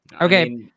Okay